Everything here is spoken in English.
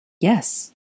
Yes